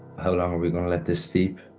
how long are we going to let this steep?